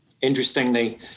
Interestingly